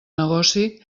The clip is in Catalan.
negoci